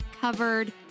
covered